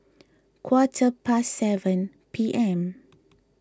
quarter past seven P M